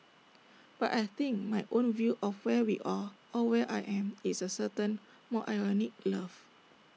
but I think my own view of where we are or where I am is A certain more ironic love